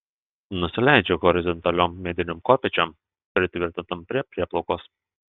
nusileidžiu horizontaliom medinėm kopėčiom pritvirtintom prie prieplaukos